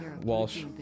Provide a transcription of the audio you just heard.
Walsh